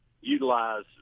utilize